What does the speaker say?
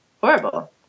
horrible